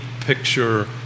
picture